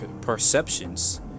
perceptions